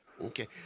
Okay